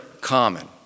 common